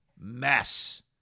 mess